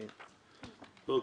אוקיי.